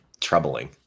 troubling